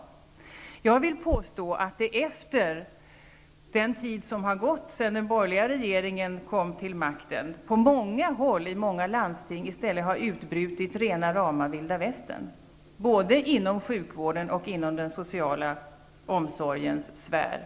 Jag vill påstå att sedan den borgerliga regeringen kom till makten har på många håll och i många landsting i stället utbrutit rena rama Vilda Västern, både inom sjukvården och inom den sociala omsorgens sfär.